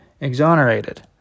exonerated